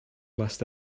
list